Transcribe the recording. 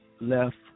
left